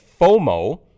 FOMO